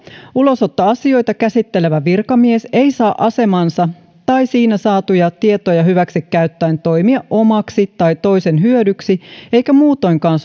ulosottoasioita käsittelevä virkamies ei saa asemaansa tai siinä saatuja tietoja hyväksi käyttäen toimia omaksi tai toisen hyödyksi eikä muutoinkaan